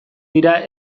dira